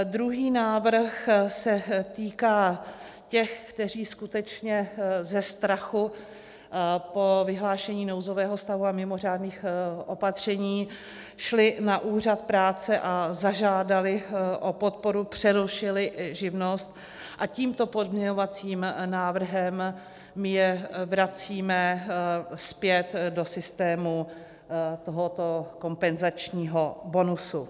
Druhý návrh se týká těch, kteří skutečně ze strachu po vyhlášení nouzového stavu a mimořádných opatření šli na úřad práce a zažádali o podporu, přerušili živnost, a tímto pozměňovacím návrhem je vracíme zpět do systému tohoto kompenzačního bonusu.